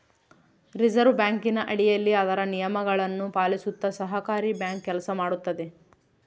reserve ಬ್ಯಾಂಕಿನ ಅಡಿಯಲ್ಲಿ ಅದರ ನಿಯಮಗಳನ್ನು ಪಾಲಿಸುತ್ತ ಸಹಕಾರಿ ಬ್ಯಾಂಕ್ ಕೆಲಸ ಮಾಡುತ್ತದೆ